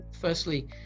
Firstly